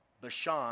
Bashan